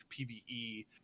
pve